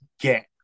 get